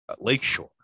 Lakeshore